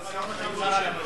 למה לא ראש הממשלה למשל?